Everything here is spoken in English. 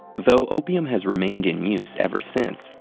though opium has remained in use ever since,